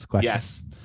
Yes